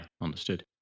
understood